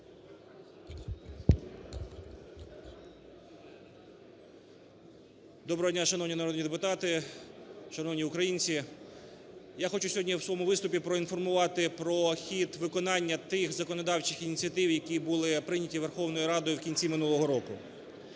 Доброго дня, шановні народні депутати, шановні українці! Я хочу сьогодні в своєму виступі проінформувати про хід виконання тих законодавчих ініціатив, які були прийняті Верховною Радою вкінці минулого року.